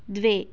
द्वे